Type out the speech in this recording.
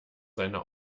seiner